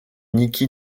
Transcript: niki